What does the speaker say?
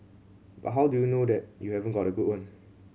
but how do you know that you haven't got a good one